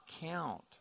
count